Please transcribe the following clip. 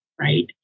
Right